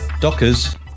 Dockers